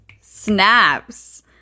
Snaps